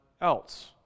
else